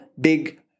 big